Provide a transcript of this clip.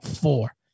Four